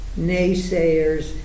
naysayers